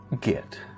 get